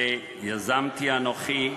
שיזמתי אנוכי,